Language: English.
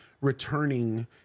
returning